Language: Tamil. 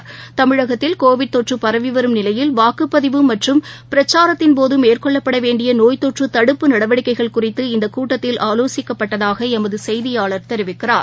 கோவிட் தமிழகத்தில் தொற்றுபரவிவரும் நிலையில் வாக்குப்பதிவு மற்றும் பிரச்சாரத்தின்போதுமேற்கொள்ளப்படவேண்டியநோய் தொற்றுதடுப்பு நடவடிக்கைகள் குறித்து இந்தகூட்டத்தில் ஆலோசிக்கப்பட்டதாகஎமதுசெய்தியாளர் தெரிவிக்கிறார்